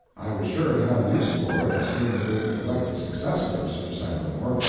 i was sure to have use for it as soon as they could elect a successor for sir sagramor,